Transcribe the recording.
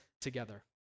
together